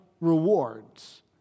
rewards